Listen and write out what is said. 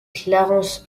clarence